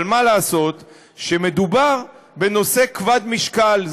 אבל מה לעשות שמדובר בנושא כבד משקל?